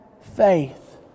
faith